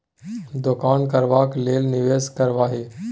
दोकान करबाक लेल निवेश करबिही